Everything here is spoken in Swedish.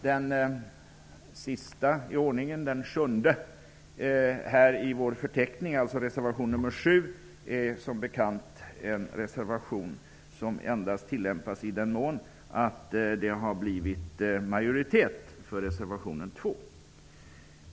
Den sista i ordningen i vår förteckning, reservation 7, är som bekant en reservation som tillämpas endast i den mån det blivit majoritet för reservation 2.